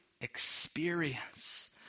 experience